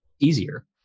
easier